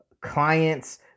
Clients